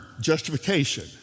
justification